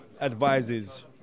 advises